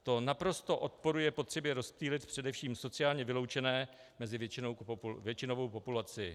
To naprosto odporuje potřebě rozptýlit především sociálně vyloučené mezi většinovou populaci.